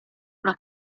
una